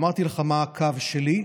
אמרתי לך מה הקו שלי,